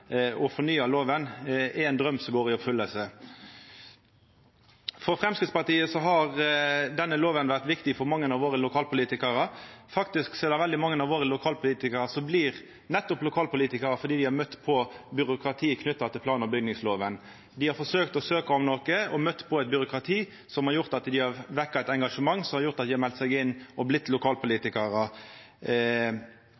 og fornya plan- og bygningsloven, er ein draum som går i oppfylling. Denne loven har vore viktig for mange av lokalpolitikarane frå Framstegspartiet. Veldig mange av lokalpolitikarane våre blir lokalpolitikarar nettopp fordi dei har møtt eit byråkrati knytt til plan- og bygningsloven. Dei har forsøkt å søkja om noko og har møtt eit byråkrati som har vekt eit engasjement som har gjort at dei har meldt seg inn og